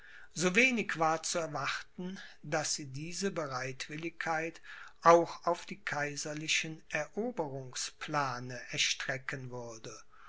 so wenig war zu erwarten daß sie diese bereitwilligkeit auch auf die kaiserlichen eroberungsplane erstrecken würde